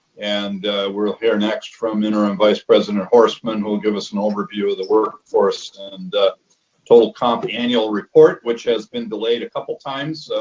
and we'll hear next from interim vice president horstman who will give us an overview of the work force and total comp annual report, which has been delayed a couple times,